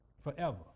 Forever